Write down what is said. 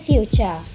Future